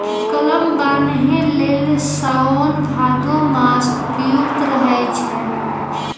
कलम बान्हे लेल साओन भादो मास उपयुक्त रहै छै